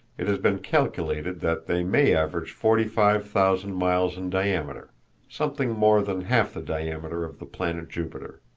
it has been calculated that they may average forty-five thousand miles in diameter something more than half the diameter of the planet jupiter.